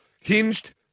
Hinged